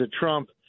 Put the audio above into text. Trump